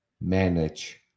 manage